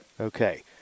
Okay